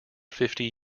fifty